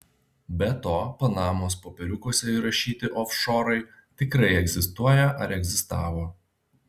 be to panamos popieriukuose įrašyti ofšorai tikrai egzistuoja ar egzistavo